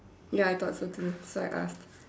ya I though so too so I asked